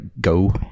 go